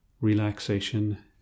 relaxation